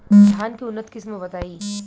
धान के उन्नत किस्म बताई?